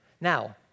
Now